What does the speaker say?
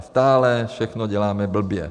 Stále všechno děláme blbě.